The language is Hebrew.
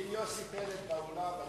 כי כל השאר ייתנו לו מכות.